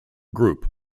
group